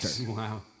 Wow